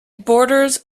borders